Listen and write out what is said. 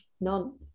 None